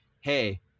hey